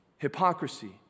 hypocrisy